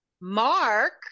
mark